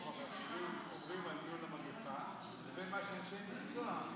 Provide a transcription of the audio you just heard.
ואחרים אומרים על ניהול המגפה לבין מה שאנשי מקצוע,